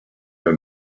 her